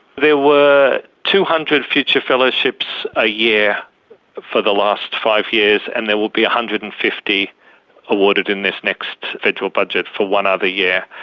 there were two hundred future fellowships a year for the last five years and there will be one hundred and fifty awarded in this next federal budget for one other year.